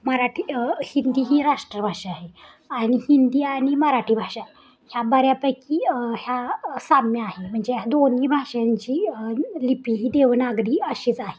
मराठी हिंदी ही राष्ट्रभाषा आहे आणि हिंदी आणि मराठी भाषा ह्या बऱ्यापैकी ह्या साम्य आहे म्हणजे ह्या दोन्ही भाषांची लिपि ही देवनागरी अशीच आहे